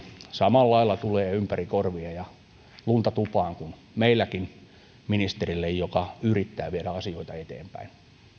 samalla lailla tulee ympäri korvia ja lunta tupaan kuin meilläkin ministerille joka yrittää viedä asioita eteenpäin